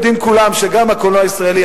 יודעים כולם שגם הקולנוע הישראלי,